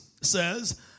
says